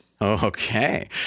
Okay